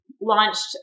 launched